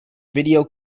video